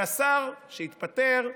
והשר שהתפטר,